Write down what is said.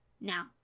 now